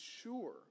sure